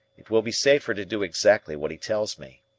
it will be safer to do exactly what he tells me.